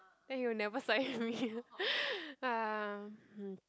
then he will never side me ah mm